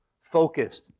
focused